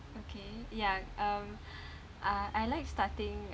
okay ya um I I like starting